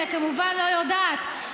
אני כמובן לא יודעת,